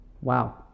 Wow